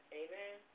amen